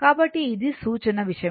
కాబట్టి ఇది సూచన విషయం